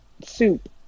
soup